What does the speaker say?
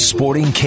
Sporting